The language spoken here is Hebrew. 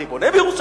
אני בונה בירושלים,